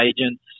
agents